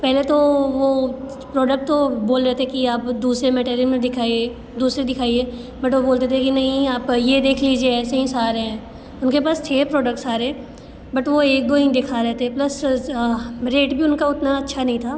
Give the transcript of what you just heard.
पहले तो वो प्रोडक्ट तो बोल रहे थे कि आप दूसरे मैटेरियल में दिखाइए दूसरे दिखाइए बट वो बोलते थे कि नहीं आप ये देख लीजिए ऐसे ही सारे हैं उनके पास थे प्रोडक्ट सारे बट वो एक दो ही दिखा रहे थे प्लस रेट भी उनका उतना अच्छा नहीं था